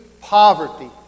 poverty